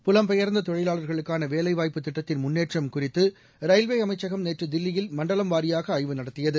புலம்பெயர்ந்த தொழிவாளர்களுக்கான வேலைவாய்ப்புத் திட்டத்தின் முன்னேற்றம் குறித்து ரயில்வே அமைச்சகம் நேற்று தில்லியில் மண்டலம் வாரியாக ஆய்வு நடத்தியது